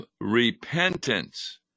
repentance